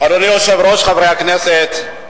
אדוני היושב-ראש, חברי הכנסת,